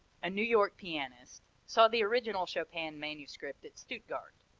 a new york pianist, saw the original chopin manuscript at stuttgart.